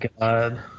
god